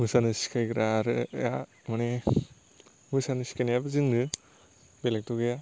मोसानो सिखायग्रा आरो माने मोसानो सिखायनायाबो जोंनो बेलेकथ' गैया